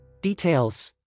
details